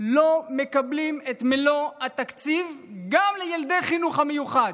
לא מקבלים את מלוא התקציב גם לילדי החינוך המיוחד,